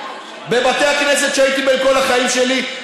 בבתי הכנסת שהייתי בהם כל החיים שלי,